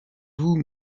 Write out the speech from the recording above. vous